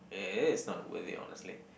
it is not worth it honestly